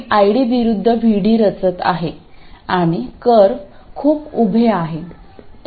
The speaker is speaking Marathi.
मी ID विरूद्ध VD रचत आहे आणि कर्व खूप उभे आहे